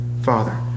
father